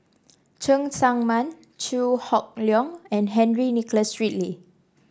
Cheng Tsang Man Chew Hock Leong and Henry Nicholas Ridley